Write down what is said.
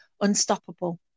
unstoppable